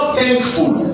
thankful